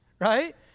right